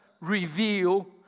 reveal